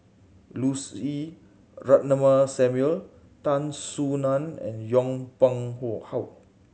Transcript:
Lucy Ratnammah Samuel Tan Soo Nan and Yong Pung How